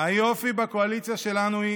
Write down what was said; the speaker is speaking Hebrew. היופי בקואליציה שלנו,